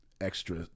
extra